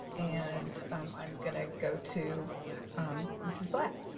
and i'm gonna go to mrs. black.